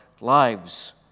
lives